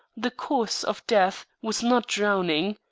the cause of death was not drowning.